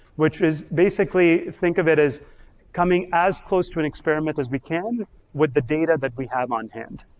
which is basically think of it as coming as close to an experiment as we can with the data that we have on-hand,